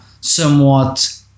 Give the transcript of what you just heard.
somewhat